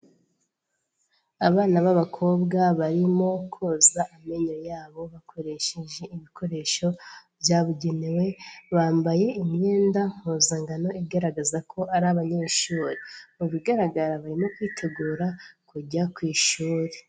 Abana b'abakobwa barimo koza amenyo yabo bakoresheje ibikoresho byabugenewe, bambaye imyenda mpuzankano igaragaza ko ari abanyeshuri, mu bigaragara barimo kwitegura kujya ku ishuri.